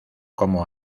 como